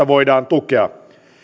voidaan tukea